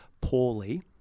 poorly